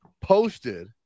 posted